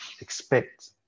expect